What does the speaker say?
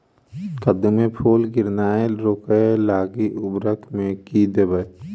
कद्दू मे फूल गिरनाय रोकय लागि उर्वरक मे की देबै?